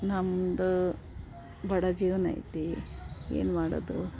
ನಮ್ಮದು ಬಡ ಜೀವನ ಐತಿ ಏನು ಮಾಡೋದು